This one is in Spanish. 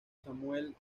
samuel